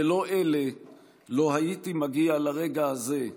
בלא אלה לא הייתי מגיע לרגע הזה,